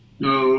no